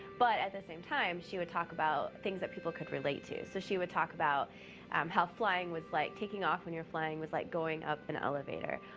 but at the same time, she would talk about things that people could relate to. so she would talk about um how flying was like taking off when you're flying was like going up an elevator.